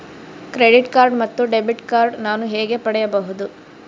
Credit card ಮತ್ತು debit card ನಾನು ಹೇಗೆ ಪಡೆಯಬಹುದು?